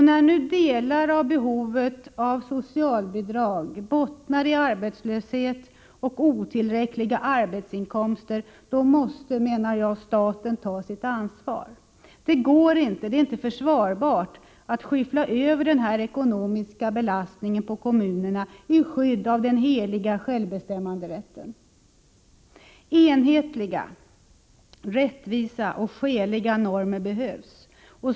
När nu delar av behovet av socialbidrag bottnar i arbetslöshet och otillräckliga arbetsinkomster, då måste, menar jag, staten ta sitt ansvar. Det går inte — det är inte försvarbart — att skyffla över denna ekonomiska belastning på kommunerna i skydd av den heliga självbestämmanderätten. Enhetliga, rättvisa och skäliga normer behövs.